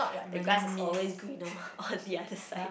the grass is always greener on the other side